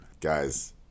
guys